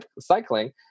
cycling